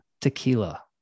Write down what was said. Tequila